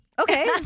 Okay